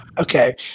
okay